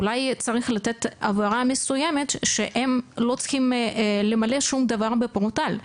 אולי צריך לתת הבהרה מסוימת שהם לא צריכים למלא שום דבר בפורטל.